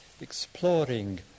exploring